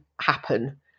happen